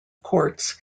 courts